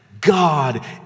God